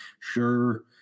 sure –